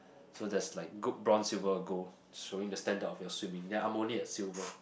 so there's like group bronze silver gold showing the standard of your swimming then I'm only at silver